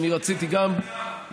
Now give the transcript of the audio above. שאני רציתי להתייחס